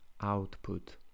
output